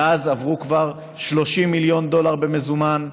מאז עברו כבר 30 מיליון דולר במזומן.